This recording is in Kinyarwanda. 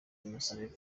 innocent